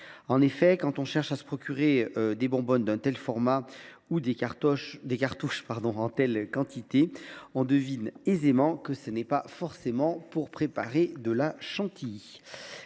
En effet, quand on cherche à se procurer des bonbonnes d’un tel format ou bien des cartouches dans de telles quantités, on devine aisément que ce n’est pas forcément pour préparer de la chantilly